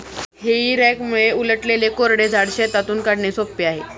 हेई रॅकमुळे उलटलेले कोरडे झाड शेतातून काढणे सोपे आहे